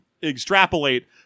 extrapolate